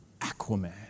Aquaman